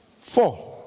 four